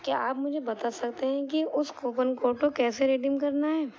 کیا آپ مجھے بتا سکتے ہیں کہ اس کوپن کوڈ کو کیسے ریڈیم کرنا ہے